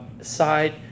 side